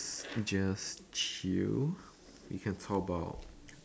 just chill we can talk about